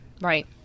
Right